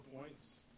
points